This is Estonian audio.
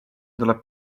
tuleb